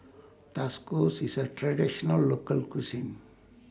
IS A Traditional Local Cuisine